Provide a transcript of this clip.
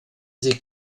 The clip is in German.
sich